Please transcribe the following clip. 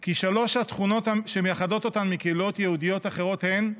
כי שלוש התכונות שמייחדות אותן מקהילות יהודיות אחרות הן: